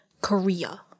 Korea